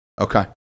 Okay